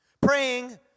praying